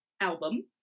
album